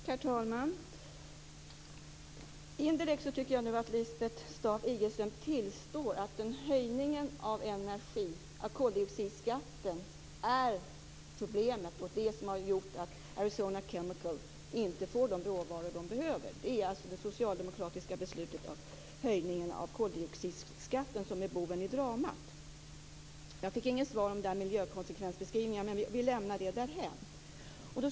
Herr talman! Indirekt tycker jag nog att Lisbeth Staaf-Igelström tillstår att höjningen av koldioxidskatten är problemet och det som har gjort att Arizona Chemical inte får de råvaror som man behöver. Det socialdemokratiska beslutet innebär alltså att det är höjningen av koldioxidskatten som är boven i dramat. Jag fick inget svar på min fråga om miljökonsekvensbeskrivningar, men vi lämnar den därhän.